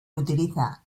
utiliza